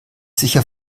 sicher